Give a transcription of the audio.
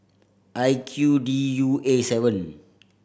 I Q D U A seven